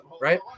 right